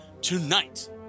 Tonight